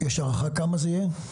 יש הערכה מה יהיה גובה התקציב?